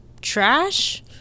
trash